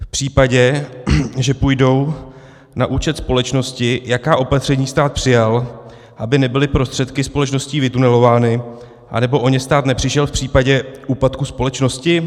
V případě, že půjdou na účet společnosti, jaká opatření stát přijal, aby nebyly prostředky společností vytunelovány, anebo o ně stát nepřišel v případě úpadku společnosti?